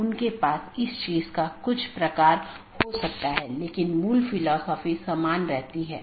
तो यह network layer reachability की जानकारी है